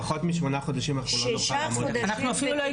פחות משמונה חודשים אנחנו לא נוכל לעמוד בזה.